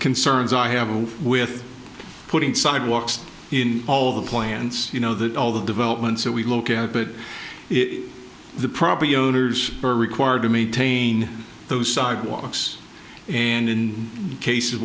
concerns i have with putting sidewalks in all the plants you know that all the developments that we look at but the property owners are required to maintain those sidewalks and in case